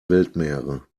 weltmeere